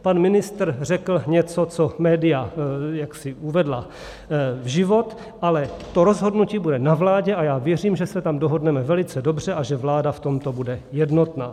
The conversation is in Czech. Pan ministr řekl něco, co média jaksi uvedla v život, ale to rozhodnutí bude na vládě, a já věřím, že se tam dohodneme velice dobře a že vláda v tomto bude jednotná.